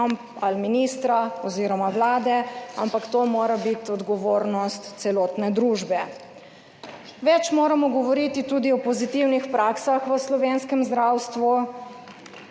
ali ministra oz. Vlade, ampak to mora biti odgovornost celotne družbe. Več moramo govoriti tudi o pozitivnih praksah v slovenskem zdravstvu,